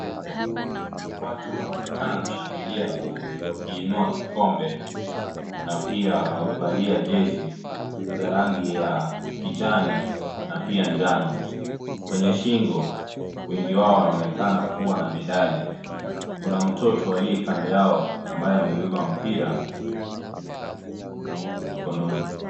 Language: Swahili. Watu wanaonekana kushangilia huku wakiinua kikombe, na pia wamevalia jezi za rangi ya kijani na pia njano kwenye shingo, wengi wao wanaonekana kuwa na medali, kuna mtoto aliye kando yao ambaye amebeba mpira, mkononi.